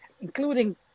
including